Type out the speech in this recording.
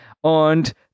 und